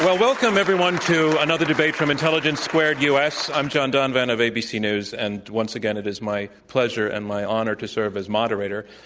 welcome, everyone, to another debate from intelligence squared u. s. i'm john donvan of abc news, and once again it is my pleasure and my honor to serve as moderator,